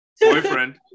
Boyfriend